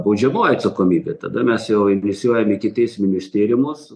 baudžiamoji atsakomybė tada mes jau inicijuojame ikiteisminius tyrimus